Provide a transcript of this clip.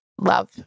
love